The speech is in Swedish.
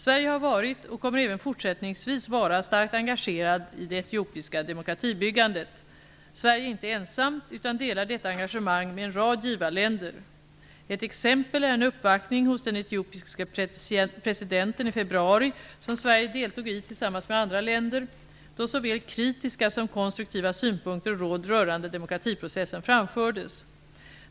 Sverige har varit, och kommer även fortsättningsvis att vara, starkt engagerat i det etiopiska demokratibyggandet. Sverige är inte ensamt utan delar detta engagemang med en rad givarländer. Ett exempel är en uppvaktning hos den etiopiske presidenten i februari som Sverige deltog i tillsammans med andra länder, då såväl kritiska som konstruktiva synpunkter och råd rörande demokratiprocessen framfördes.